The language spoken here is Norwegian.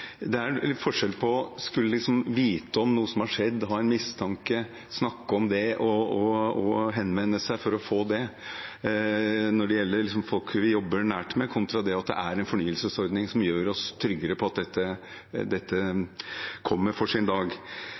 det er forskjell på å skulle vite om noe som har skjedd, ha en mistanke, snakke om det og henvende seg for å få vite det når det gjelder folk vi jobber nært med, kontra at det er en fornyelsesordning som gjør oss tryggere på at dette kommer for en dag.